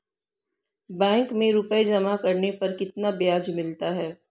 Bank में रुपये जमा करने पर कितना ब्याज मिलता है?